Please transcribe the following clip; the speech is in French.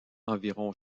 environ